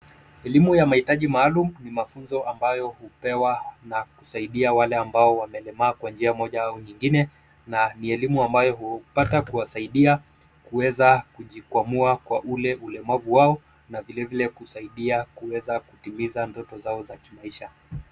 Elimu ya mahitaji maalum ni mafunzo ambayo hupewa na kusaidia wale ambao wamelemaa kwa njia moja au nyingine na ni elimu ambayo hupata kuwasaidia kuweza kujikwamua kwa ule ulemavu wao na vilevile kusaidia kuweza kutimiza ndoto zao za kimaisha.